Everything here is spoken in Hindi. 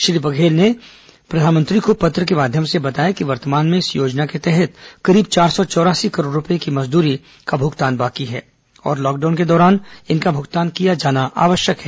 श्री बघेल ने प्रधानमंत्री को पत्र के माध्यम से बताया कि वर्तमान में इस योजना के तहत करीब चार सौ चौरासी करोड़ रूपये की मजदूरी भूगतान बाकी है और लॉकडाउन के दौरान इनका भुगतान किया जाना आवश्यक है